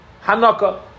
Hanukkah